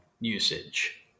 usage